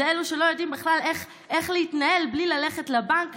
זה אלו שלא יודעים בכלל איך להתנהל בלי ללכת לבנק,